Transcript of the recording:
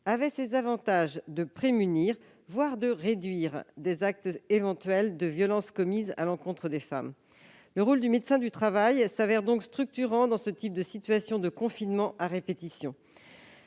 les avantages de prémunir, voire de réduire, des actes éventuels de violence commis à l'encontre des femmes. Le rôle du médecin du travail s'avère donc structurant dans ce type de situations de confinements à répétition.